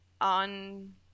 On